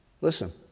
Listen